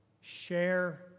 share